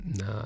No